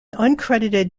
uncredited